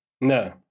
No